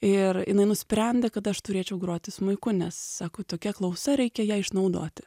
ir jinai nusprendė kad aš turėčiau groti smuiku nes sako tokia klausa reikia ją išnaudoti